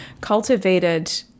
cultivated